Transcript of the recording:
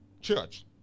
church